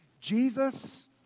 Jesus